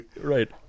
Right